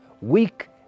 Weak